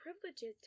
privileges